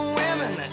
women